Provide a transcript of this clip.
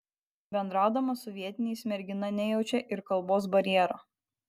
bendraudama su vietiniais mergina nejaučia ir kalbos barjero